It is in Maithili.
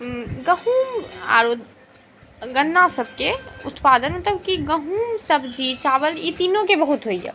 गहूम आओर गन्नासबके उत्पादन मतलब कि गहूम सब्जी आओर चावल ई तीनूके बहुत होइए